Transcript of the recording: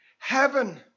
Heaven